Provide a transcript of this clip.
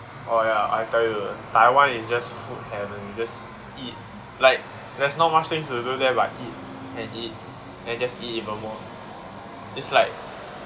orh ya I tell you taiwan is just Food heaven just eat like there's not much things to do there but eat and eat then just eat some more it's like